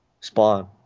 spawn